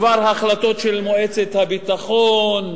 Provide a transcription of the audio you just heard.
בדבר החלטות של מועצת הביטחון,